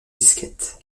disquette